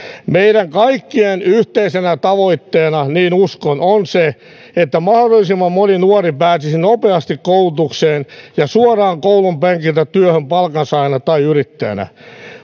meidän kaikkien yhteisenä tavoitteena niin uskon on se että mahdollisimman moni nuori pääsisi nopeasti koulutukseen ja suoraan koulunpenkiltä työhön palkansaajana tai yrittäjänä